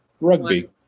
Rugby